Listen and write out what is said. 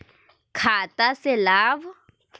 खाता से लाभ?